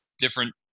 different